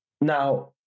Now